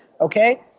Okay